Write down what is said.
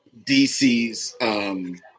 DC's